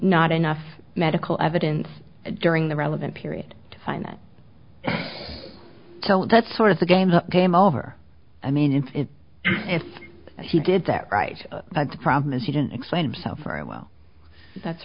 not enough medical evidence during the relevant period to find that so that's sort of the games up game over i mean it's if he did that right the problem is he didn't explain himself very well that's